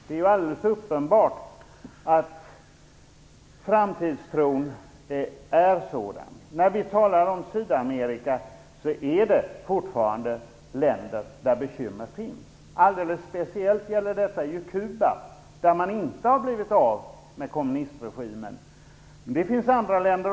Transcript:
Det är alldeles uppenbart att framtidstron ser ut på det sättet. När vi talar om Sydamerika vill jag framhålla att det fortfarande finns länder med bekymmer. Alldeles speciellt gäller det Kuba, där man inte har blivit av med kommunistregimen. Men det finns också andra exempel.